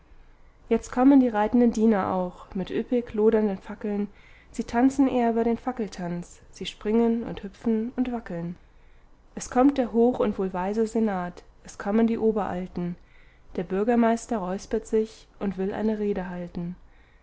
jetzt kommen die reitenden diener auch mit üppig lodernden fackeln sie tanzen ehrbar den fackeltanz sie springen und hüpfen und wackeln es kommt der hoch und wohlweise senat es kommen die oberalten der bürgermeister räuspert sich und will eine rede halten